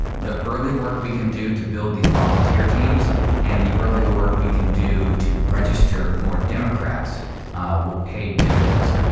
the early work we can do to build these volunteer teams and the early work we can do to register more democrats will pay dividends.